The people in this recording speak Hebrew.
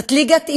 זאת ליגת אימהות,